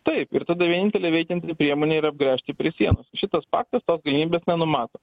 taip ir tada vienintelė veikianti priemonė yra apgręžti prie sienos šitas paktas tos galimybės nenumato